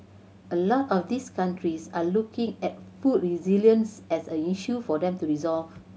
a lot of these countries are looking at food resilience as an issue for them to resolve